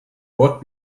what